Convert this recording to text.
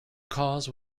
cause